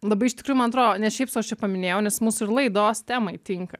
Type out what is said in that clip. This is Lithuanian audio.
labai iš tikrųjų man atro ne šiaip sau aš čia paminėjau nes mūsų ir laidos temai tinka